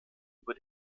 über